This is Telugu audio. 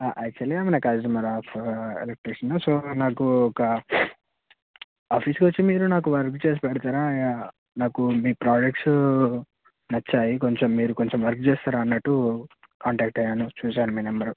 actually I am a consumer of electrician so నాకు ఒక ఆఫీస్కొచ్చి మీరు నాకు వర్క్ చేసిపెడతారా ఇక నాకు మీ ప్రాజెక్ట్సు నచ్చాయి కొంచెం మీరు కొంచెం వర్క్ చేస్తారా అన్నట్టు కాంటాక్ట్ అయ్యాను చూసాను మీ నెంబర్